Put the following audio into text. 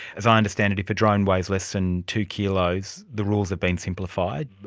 as i understand it, if a drone weighs less than two kilos, the rules have been simplified.